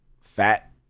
fat